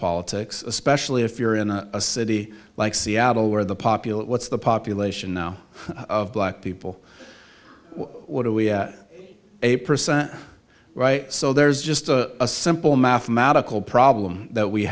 politics especially if you're in a city like seattle where the popular what's the population now of black people what are we a percent right so there's just a simple mathematical problem that we